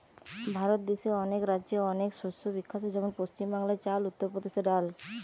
ভারত দেশে অনেক রাজ্যে অনেক শস্য বিখ্যাত যেমন পশ্চিম বাংলায় চাল, উত্তর প্রদেশে ডাল